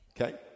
Okay